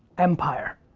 empire.